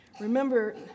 Remember